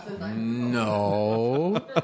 No